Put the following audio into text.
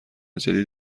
جدید